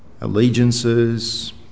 allegiances